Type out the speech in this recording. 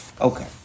Okay